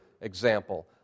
example